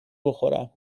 بخورم